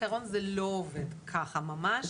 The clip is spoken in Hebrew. בעיקרון הדברים לא עובדים בצורה הזו ממש,